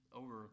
over